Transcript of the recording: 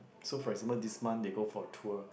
so for example this month they go for tour